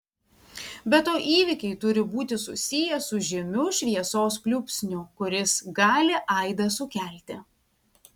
be to įvykiai turi būti susiję su žymiu šviesos pliūpsniu kuris gali aidą sukelti